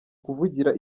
kuvugira